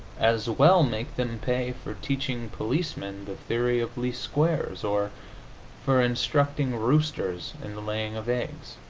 as well make them pay for teaching policemen the theory of least squares, or for instructing roosters in the laying of eggs.